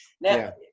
now